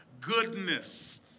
goodness